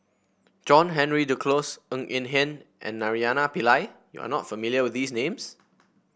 John Henry Duclos Ng Eng Hen and Naraina Pillai you are not familiar with these names